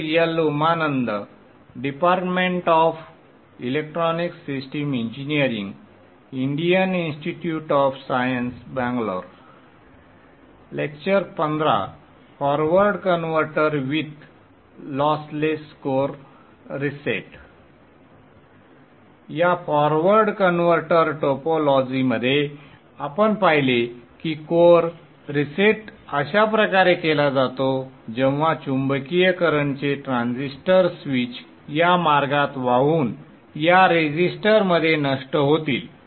या forward converter टोपोलॉजीमध्ये आपण पाहिले की कोअर रिसेट अशा प्रकारे केला जातो जेव्हा चुंबकीय करंटचे ट्रान्झिस्टर स्विच या मार्गात वाहून या रेझिस्टरमध्ये नष्ट होतील